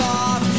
off